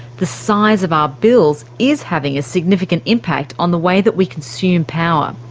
the size of our bills is having a significant impact on the way that we consume power.